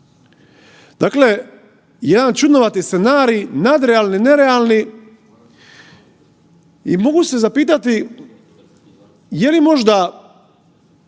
Dakle, jedan čudnovati scenarij nadrealni, nerealni i mogu se zapitati jeli možda